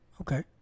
Okay